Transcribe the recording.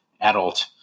adult